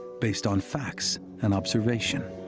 based on facts and observation.